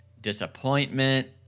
disappointment